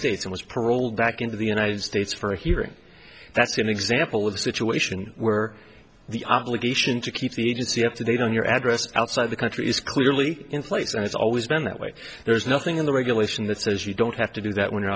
states and was paroled back into the united states for a hearing that's an example of a situation where the obligation to keep the agency up to date on your address outside the country is clearly in place and it's always been that way there's nothing in the regulation that says you don't have to do that when you're